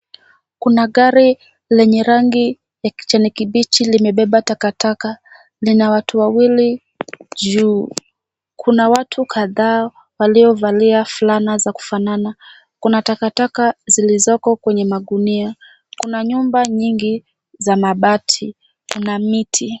Kuna gari lenye rangi ya kijani kibichi limebeba takataka. Lina watu wawili juu. Kuna watu kadhaa waliovalia fulana za kufanana. Kuna takataka zilizoko kwenye mangunia. Kuna nyumba nyingi za mabati. Kuna miti.